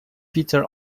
peter